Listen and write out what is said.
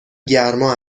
گرما